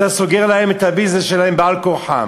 אתה סוגר להם את הביזנס שלהם על כורחם.